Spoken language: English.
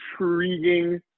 intriguing